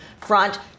front